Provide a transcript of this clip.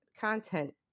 content